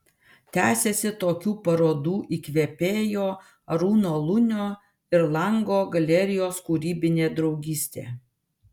tęsiasi tokių parodų įkvėpėjo arūno lunio ir lango galerijos kūrybinė draugystė